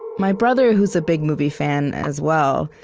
my brother, who's a big movie fan as well,